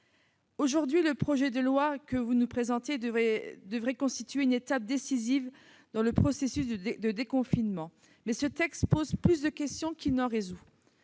constructive. Le projet de loi qui nous est présenté devrait constituer une étape décisive dans le processus de déconfinement, mais il pose plus de questions qu'il n'en résout.